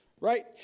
right